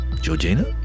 Georgina